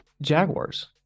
Jaguars